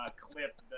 clip